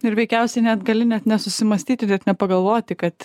ir veikiausiai net gali net nesusimąstyti net nepagalvoti kad